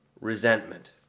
Resentment